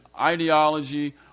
ideology